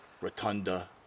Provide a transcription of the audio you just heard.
Rotunda